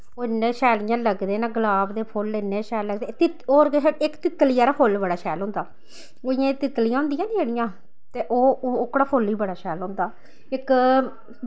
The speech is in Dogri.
ओह् इन्ने शैल इ'यां लगदे न गलाब दे फुल्ल इन्ने शैल लगदे तितली होर इक तितली आह्ला फुल्ल बड़ा शैल होंदा ओह् इ'यां तितलियां होंदियां निं जेह्ड़ियां ते ओह् ओह्कड़ा फुल्ल बी बड़ा शैल होंदा इक